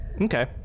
Okay